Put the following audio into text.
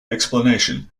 explanation